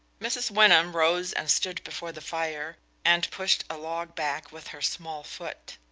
mrs. wyndham rose and stood before the fire, and pushed a log back with her small foot.